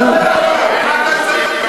מה אתה צריך את החוק?